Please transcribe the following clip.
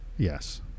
Yes